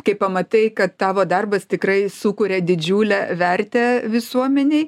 kai pamatai kad tavo darbas tikrai sukuria didžiulę vertę visuomenei